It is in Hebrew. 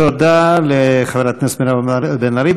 תודה לחברת הכנסת מירב בן ארי.